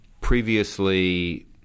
previously